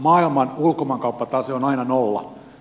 maailman ulkomaankauppatase on aina nolla